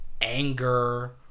anger